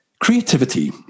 Creativity